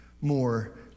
more